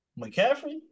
McCaffrey